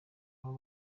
abo